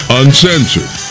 uncensored